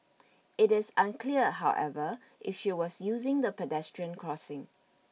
it is unclear however if she was using the pedestrian crossing